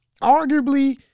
arguably